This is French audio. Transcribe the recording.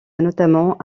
notamment